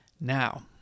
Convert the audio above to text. Now